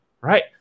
right